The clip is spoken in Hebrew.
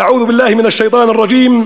"אעוד' באללה מן אל-שיטאן אל-רג'ים.